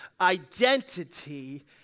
identity